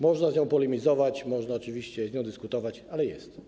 Można z nią polemizować, można oczywiście z nią dyskutować, ale jest.